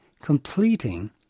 completing